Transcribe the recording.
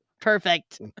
perfect